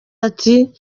ati